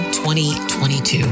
2022